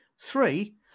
Three